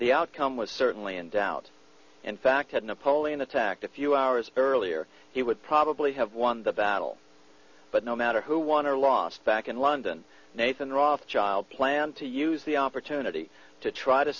the outcome was certainly in doubt in fact had napoleon attacked a few hours earlier he would probably have won the battle but no matter who won or lost back in london nathan rothschild planned to use the opportunity to try to